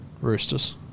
Roosters